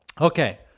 okay